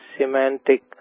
semantic